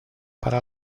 para